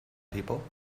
people